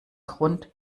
grund